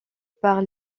par